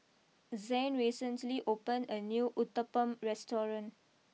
Zain recently opened a new Uthapam restaurant